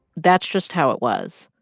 that's just how it was.